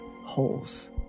holes